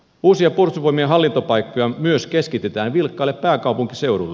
uusia puolustusvoimien hallintopaikkoja myös keskitetään vilkkaalle pääkaupunkiseudulle